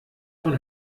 von